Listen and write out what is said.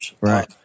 right